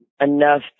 enough